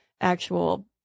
actual